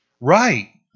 Right